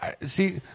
See